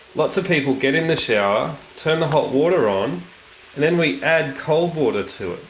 lots of people get in the shower, turn the hot water on, and then we add cold water to it.